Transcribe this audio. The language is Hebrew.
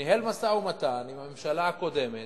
ניהל משא-ומתן עם הממשלה הקודמת,